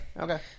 Okay